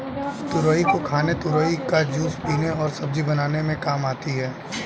तुरई को खाने तुरई का जूस पीने और सब्जी बनाने में काम आती है